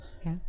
Okay